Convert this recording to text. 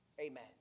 Amen